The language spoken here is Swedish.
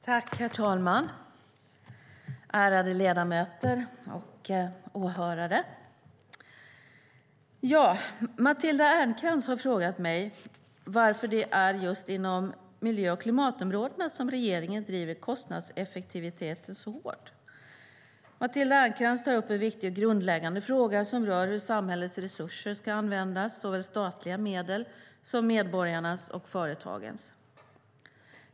Herr talman, ärade ledamöter och åhörare! Matilda Ernkrans har frågat mig varför det är just inom miljö och klimatområdena som regeringen driver kostnadseffektiviteten så hårt. Matilda Ernkrans tar upp en viktig och grundläggande fråga som rör hur samhällets resurser ska användas, såväl statliga medel som medborgarnas och företagens.